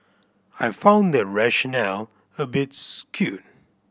I found that rationale a bit skewed